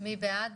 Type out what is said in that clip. מי בעד?